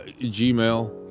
gmail